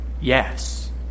Yes